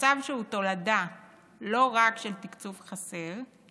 מצב שהוא תולדה לא רק של תקצוב חסר,